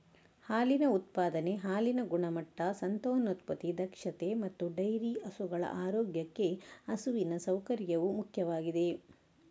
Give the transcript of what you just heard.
ಹಾಲಿನ ಉತ್ಪಾದನೆ, ಹಾಲಿನ ಗುಣಮಟ್ಟ, ಸಂತಾನೋತ್ಪತ್ತಿ ದಕ್ಷತೆ ಮತ್ತೆ ಡೈರಿ ಹಸುಗಳ ಆರೋಗ್ಯಕ್ಕೆ ಹಸುವಿನ ಸೌಕರ್ಯವು ಮುಖ್ಯವಾಗಿದೆ